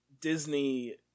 disney